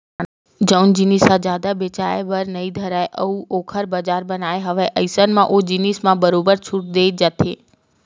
जउन जिनिस ह जादा बेचाये बर नइ धरय अउ ओखर बजार बनाना हवय अइसन म ओ जिनिस म बरोबर छूट देय जाथे